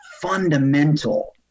fundamental